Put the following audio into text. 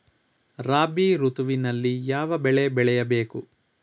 ರಾಬಿ ಋತುವಿನಲ್ಲಿ ಯಾವ ಬೆಳೆ ಬೆಳೆಯ ಬೇಕು?